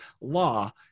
law